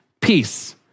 peace